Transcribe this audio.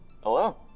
Hello